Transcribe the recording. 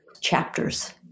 chapters